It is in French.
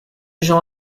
jean